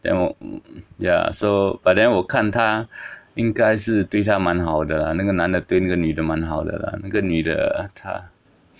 then 我 ya so but then 我看他应该是对她蛮好的啦那个男的对那个女的蛮好的啦那个女她